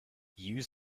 use